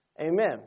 Amen